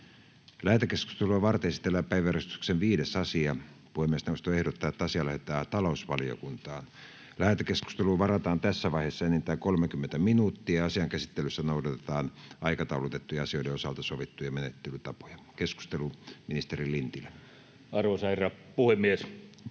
Lähetekeskustelua varten esitellään päiväjärjestyksen 5. asia. Puhemiesneuvosto ehdottaa, että asia lähetetään talousvaliokuntaan. Lähetekeskusteluun varataan tässä vaiheessa enintään 30 minuuttia. Asian käsittelyssä noudatetaan aikataulutettujen asioiden osalta sovittuja menettelytapoja. — Keskustelu, ministeri Lintilä. Arvoisa herra puhemies!